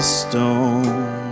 stone